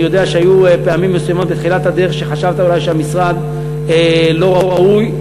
אני יודע שהיו פעמים מסוימות בתחילת הדרך שחשבת אולי שהמשרד לא ראוי,